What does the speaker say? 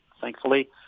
thankfully